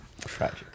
Tragic